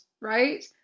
right